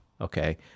okay